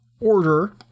Order